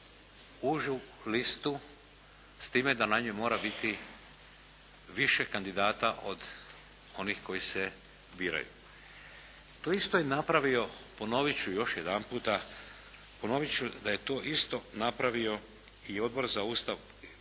užu listu, s time da na njoj mora biti više kandidata od onih koji se biraju. To isto je napravio, ponovit ću još jedanputa, ponovit ću da je to isto napravio i Odbor za Ustav, Poslovnik